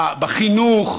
בחינוך,